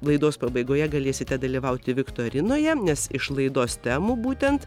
laidos pabaigoje galėsite dalyvauti viktorinoje nes iš laidos temų būtent